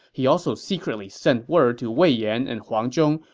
he also secretly sent word to wei yan and huang zhong,